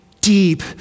deep